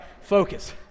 focus